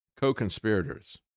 co-conspirators